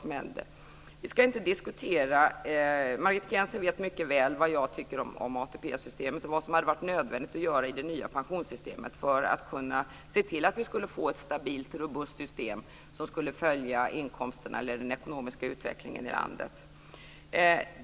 Margit Gennser vet mycket väl vad jag tycker om ATP-systemet och om vad som hade varit nödvändigt att göra i det nya pensionssystemet för att se till att vi hade fått ett stabilt, robust system som följde den ekonomiska utvecklingen i landet.